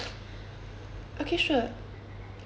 okay sure